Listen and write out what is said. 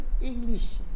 English